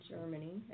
Germany